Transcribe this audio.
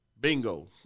Bingo